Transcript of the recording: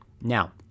Now